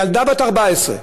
ילדה בת 14,